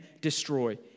destroy